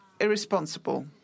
irresponsible